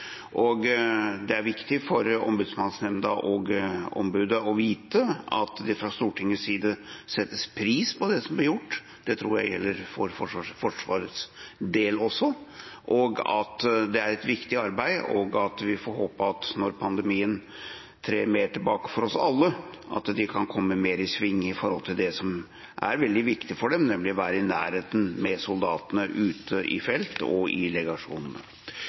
Det er viktig for Ombudsmannsnemnda og ombudet å vite at det fra Stortingets side settes pris på at dette blir gjort. Det tror jeg gjelder for Forsvarets del også. Det er et viktig arbeid, og vi får håpe at de, når pandemien trer mer tilbake for oss alle, kan komme mer i sving når det gjelder det som er veldig viktig for dem, nemlig å være i nærheten av soldatene ute i felt og i legasjonene.